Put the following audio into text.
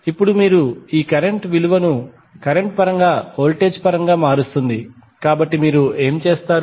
ఇప్పుడు మీరు ఈ విలువను కరెంట్ పరంగా వోల్టేజ్ పరంగా మారుస్తుంది కాబట్టి మీరు ఏమి చేస్తారు